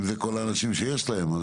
אם אלה כל האנשים שיש להם.